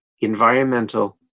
environmental